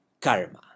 Karma